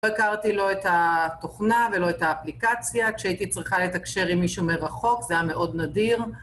הכרתי לא את התוכנה ולא את האפליקציה, כשהייתי צריכה לתקשר עם מישהו מרחוק, זה היה מאוד נדיר.